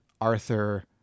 Arthur